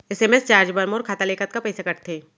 SMS charge बर मोर खाता ले कतका पइसा कटथे?